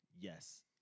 yes